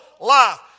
life